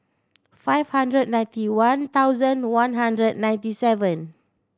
five hundred ninety one thousand one hundred ninety seven